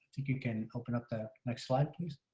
you can open up the next slide please.